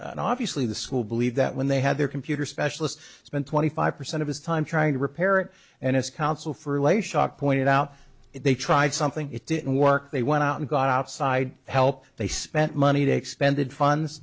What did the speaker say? an obviously the school believe that when they had their computer specialist spent twenty five percent of his time trying to repair it and as counsel for les shock pointed out they tried something it didn't work they went out and got outside help they spent money they expended funds